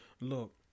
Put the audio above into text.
look